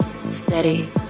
steady